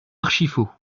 archifaux